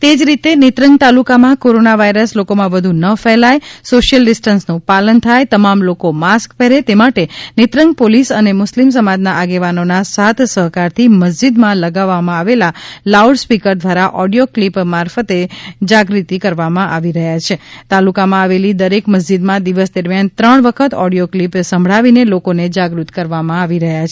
તે જ રીતે નેત્રંગ તાલુકામાં કોરોના વાયરસ લોકોમાં વધુ ન ફેલાય સોશિયલ ડિસ્ટન્સનું પાલન થાય તમામ લોકો માસ્ક પહેરે તે માટે નેત્રંગ પોલીસ અને મુસ્લીમ સમાજના આગેવાનોના સાથ સહકારથી મસ્જિદમાં લગાવવામાં આવેલા લાઉડ સ્પીકર દ્વારા ઓડિયો ક્લિપ મારફત જાગ્રત કરવામાં આવી રહ્યા છે તાલુકામાં આવેલી દરેક મસ્જિદમાં દિવસ દરમિયાન ત્રણ વખત ઓડિયો ક્લિપ સંભળાવી લોકોને જાગૃત કરવામાં આવશે